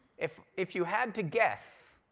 if if you had to guess,